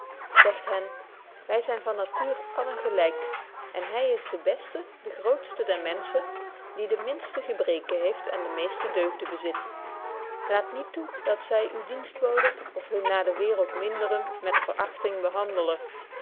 zegt hen wy zyn van natuur allen gelyk en hy is de beste de grootste der menschen die de minste gebreken heeft en de meeste deugden bezit laat niet toe dat zy uwe dienstboden of hunne naar de waereld minderen met verachting